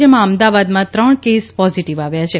જેમાં અમદાવાદમાં ત્રણ કેસ પોઝીટીવ આવ્યા છે